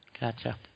Gotcha